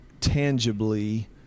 tangibly